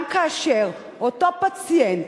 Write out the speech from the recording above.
גם כאשר אותו פציינט,